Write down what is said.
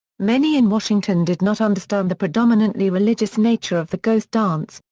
many in washington did not understand the predominantly religious nature of the ghost dance,